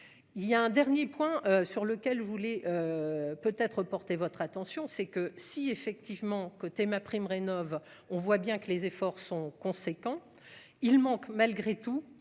il y a un dernier point sur lequel vous voulez peut être porter votre attention, c'est que si, effectivement, côté MaPrimeRénov', on voit bien que les efforts sont conséquents, il manque malgré tout